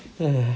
!hais!